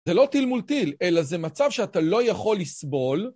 זה לא טיל מול טיל, אלא זה מצב שאתה לא יכול לסבול.